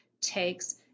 takes